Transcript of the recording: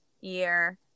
year